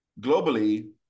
globally